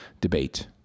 debate